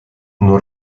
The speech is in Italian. non